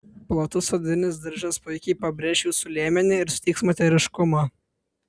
platus odinis diržas puikiai pabrėš jūsų liemenį ir suteiks moteriškumo